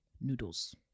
noodles